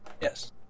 Yes